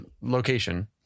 location